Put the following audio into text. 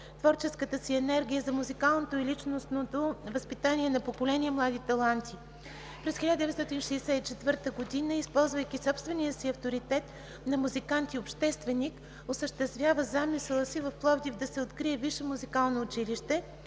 творческата си енергия за музикалното и личностното възпитание на поколения млади таланти. През 1964 г., използвайки собствения си авторитет на музикант и общественик, осъществява замисъла си в Пловдив да се открие висше музикално училище